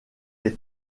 est